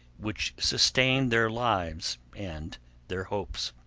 which sustained their lives and their hopes.